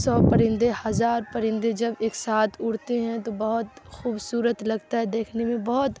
سو پرندے ہزار پرندے جب ایک ساتھ اڑتے ہیں تو بہت خوبصورت لگتا ہے دیکھنے میں بہت